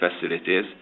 facilities